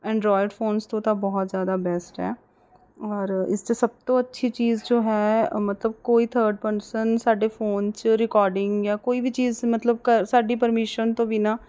Android phones ਤੋਂ ਤਾਂ ਬਹੁਤ ਜ਼ਿਆਦਾ ਬੈਸਟ ਹੈ ਔਰ ਇਸ 'ਚ ਸਭ ਤੋਂ ਅੱਛੀ ਚੀਜ਼ ਜੋ ਹੈ ਮਤਲਬ ਕੋਈ ਥਰਡ ਪਰਸਨ ਸਾਡੇ ਫੋਨ 'ਚ ਰਿਕੋਡਿੰਗ ਜਾਂ ਕੋਈ ਵੀ ਚੀਜ਼ ਮਤਲਬ ਕ ਸਾਡੀ ਪਰਮੀਸ਼ਨ ਤੋਂ ਬਿਨਾਂ